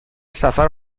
سفر